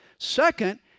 Second